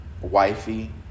wifey